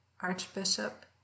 Archbishop